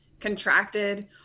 Contracted